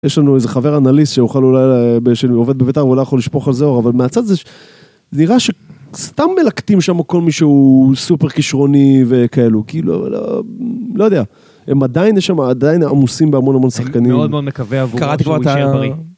יש לנו איזה חבר אנליסט שיוכל, עובד באמת היום הוא לא יכול לשפוך על זה אור, אבל מהצד זה נראה שסתם מלקטים שם כל מישהו סופר כישרוני וכאלו, כאילו, לא, לא יודע. הם עדיין עמוסים בהמון המון שחקנים. מאוד מאוד מקווה עבור. קראתי כבר את ה...